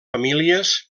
famílies